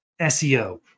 SEO